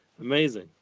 amazing